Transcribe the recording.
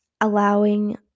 allowing